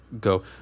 go